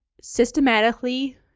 systematically